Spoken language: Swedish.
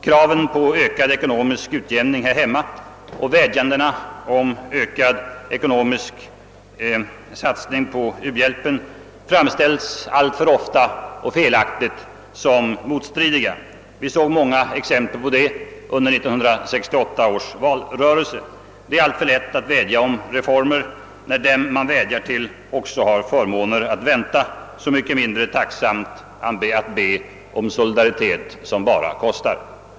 Kraven på ökad ekonomisk utjämning här hemma och vädjandena om ökad ekonomisk satsning på u-hjälpen framställes alltför ofta — och felaktigt — som motstridiga. Vi såg många exempel på det under 1968 års valrörelse. Det är alltför lätt att vädja om reformer, när den man vädjar till också har förmåner att vänta. Det är mycket mindre tacksamt att vädja om solidaritet som bara kostar.